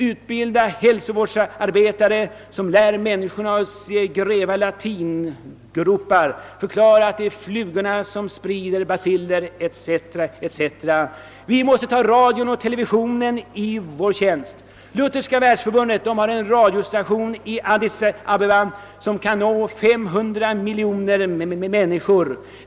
Utbilda hälsovårdsarbetare, som lär människorna gräva latringropar, förklarar att flugor sprider smitta etc.! Vi måste ta radion och televisionen i vår tjänst. Lutherska världsförbundet har en radiostation i Addis Abbeba som kan nå 500 miljoner människor.